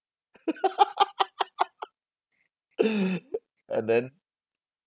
and then